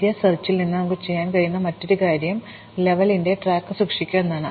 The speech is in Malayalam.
ആദ്യ തിരയലിൽ നമുക്ക് ചെയ്യാൻ കഴിയുന്ന മറ്റൊരു കാര്യം ലെവലിന്റെ ട്രാക്ക് സൂക്ഷിക്കുക എന്നതാണ്